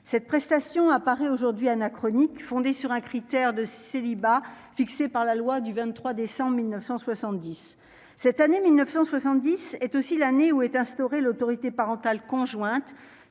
cette prestation apparaît aujourd'hui anachronique, fondée sur un critère de célibat fixé par la loi du 23 décembre 1970 cette année 1970 est aussi l'année où est instauré l'autorité parentale conjointe